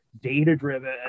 data-driven